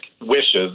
wishes